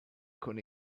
con